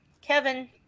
kevin